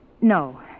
No